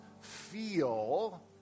feel